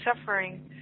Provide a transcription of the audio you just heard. suffering